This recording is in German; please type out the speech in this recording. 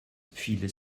viele